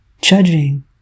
judging